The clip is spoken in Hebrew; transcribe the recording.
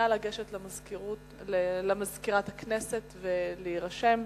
נא לגשת למזכירת הכנסת ולהירשם.